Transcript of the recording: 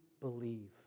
believe